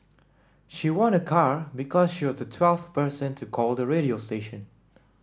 she won a car because she was the twelfth person to call the radio station